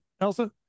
Elsa